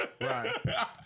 right